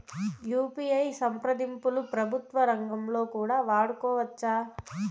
UPI సంప్రదింపులు ప్రభుత్వ రంగంలో కూడా వాడుకోవచ్చా?